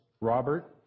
Robert